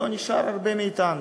לא נשארו הרבה מאתנו,